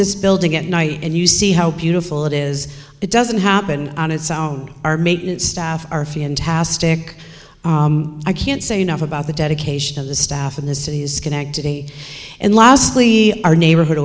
this building at night and you see how beautiful it is it doesn't happen on its own our maintenance staff are fantastic i can't say enough about the dedication of the staff and the city's connected and lastly our neighborhood